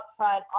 upfront